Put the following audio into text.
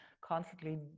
constantly